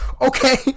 okay